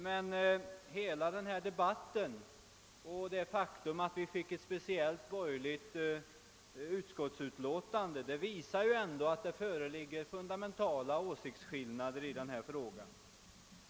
Men hela debatten och det förhållandet att det föreligger en särskild borgerlig reservation visar ändå att det finns fundamentala åsiktsskillnader i denna fråga.